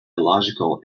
illogical